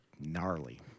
gnarly